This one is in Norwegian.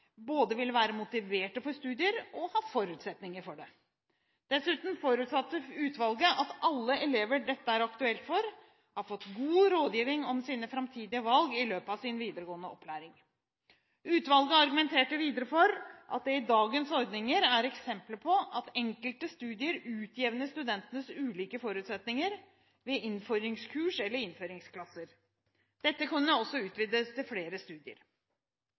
både vil være motivert for studier og ha forutsetninger for det. Dessuten forutsatte utvalget at alle elever dette er aktuelt for, har fått god rådgivning om sine framtidige valg i løpet av sin videregående opplæring. Utvalget argumenterte videre for at det i dagens ordninger er eksempler på at enkelte studier utjevner studentenes ulike forutsetninger ved innføringskurs eller innføringsklasser. Dette kunne også utvides til flere studier.